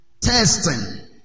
testing